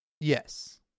Yes